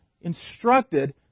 instructed